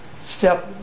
step